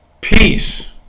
Peace